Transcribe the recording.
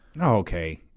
Okay